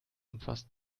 umfasst